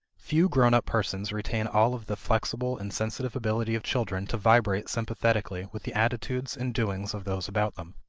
few grown-up persons retain all of the flexible and sensitive ability of children to vibrate sympathetically with the attitudes and doings of those about them.